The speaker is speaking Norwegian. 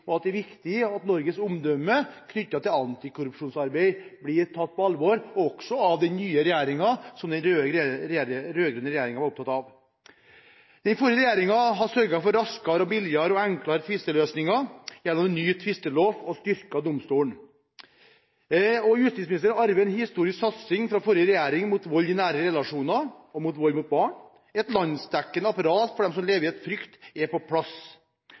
og fordi det er viktig at Norges omdømme knyttet til antikorrupsjonsarbeidet – som den rød-grønne regjeringen var opptatt av – blir tatt på alvor også av den nye regjeringen. Den forrige regjeringen sørget for – gjennom en ny tvistelov – raskere, billigere og enklere tvisteløsninger, og styrket domstolen. Justisministeren har arvet fra forrige regjering en historisk satsing mot vold i nære relasjoner og vold mot barn. Et landsdekkende apparat for dem som lever i frykt, er på plass.